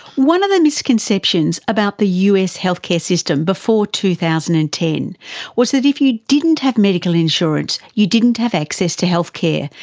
one of the misconceptions about the us healthcare system before two thousand and ten was that if you didn't have medical insurance you didn't have access to healthcare,